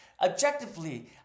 Objectively